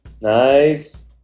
nice